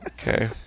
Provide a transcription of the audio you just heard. Okay